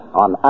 on